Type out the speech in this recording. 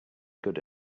good